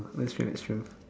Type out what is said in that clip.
let change that shoe